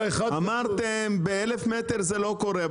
אמרתם ב-1,000 מטר זה לא קורה,